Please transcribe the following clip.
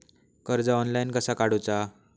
कर्ज ऑनलाइन कसा काडूचा?